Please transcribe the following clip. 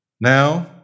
Now